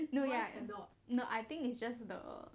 no ya no I think it's just the